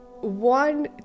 one